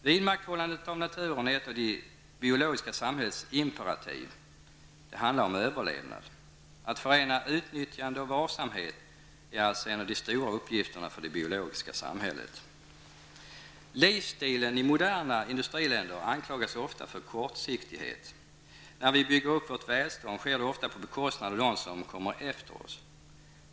Vidmakthållandet av naturen är ett av de biologiska samhällets imperativ: det handlar om överlevnad. Att förena utnyttjande och varsamhet är alltså en av de stora uppgifterna för det biologiska samhället. Livsstilen i moderna industriländer anklagas ofta för kortsiktighet. När vi bygger upp vårt välstånd, sker det ofta på bekostnad av dem som kommer efter oss.